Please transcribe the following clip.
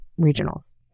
regionals